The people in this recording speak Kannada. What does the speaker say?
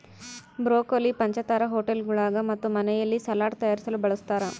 ಬ್ರೊಕೊಲಿ ಪಂಚತಾರಾ ಹೋಟೆಳ್ಗುಳಾಗ ಮತ್ತು ಮನೆಯಲ್ಲಿ ಸಲಾಡ್ ತಯಾರಿಸಲು ಬಳಸತಾರ